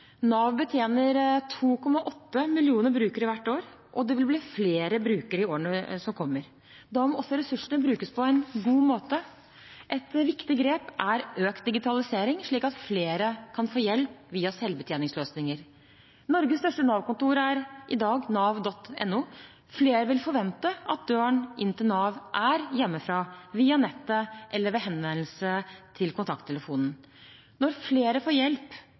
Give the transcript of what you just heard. Nav betjener 2,8 millioner brukere hvert år, og det vil bli flere brukere i årene som kommer. Da må også ressursene brukes på en god måte. Et viktig grep er økt digitalisering, slik at flere kan få hjelp via selvbetjeningsløsninger. Norges største Nav-kontor er i dag nav.no. Flere vil forvente at døren inn til Nav er hjemmefra, via nettet eller ved henvendelse til kontakttelefonen. Når flere får hjelp